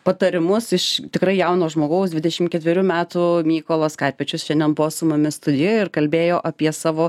patarimus iš tikrai jauno žmogaus dvidešim ketverių metų mykolas karpečius šiandien buvo su mumis studijoj ir kalbėjo apie savo